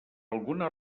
alguna